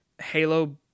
Halo